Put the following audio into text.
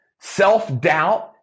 Self-doubt